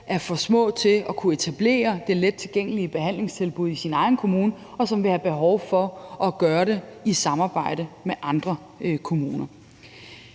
er for små til at kunne etablere det lettilgængelige behandlingstilbud i deres egen kommune, og som vil have behov for at gøre det i samarbejde med andre kommuner.